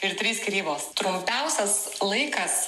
ir trys skyrybos trumpiausias laikas